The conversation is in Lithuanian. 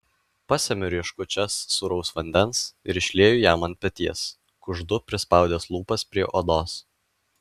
pasemiu rieškučias sūraus vandens ir išlieju jam ant peties kuždu prispaudęs lūpas prie odos